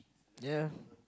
ya